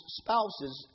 spouses